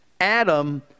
Adam